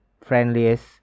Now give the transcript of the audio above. friendliest